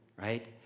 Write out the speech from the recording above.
right